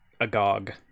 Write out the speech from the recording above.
agog